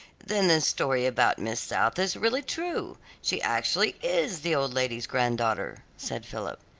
then this story about miss south is really true, she actually is the old lady's granddaughter! said philip.